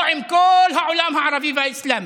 לא עם כל העולם הערבי והאסלאמי,